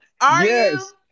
Yes